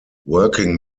working